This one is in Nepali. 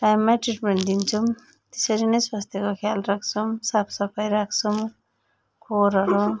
टाइममै ट्रिटमेन्ट दिन्छौँ त्यसरी नै स्वास्थ्यको ख्याल राख्छौँ साफ सफाइ राख्छौँ खोरहरू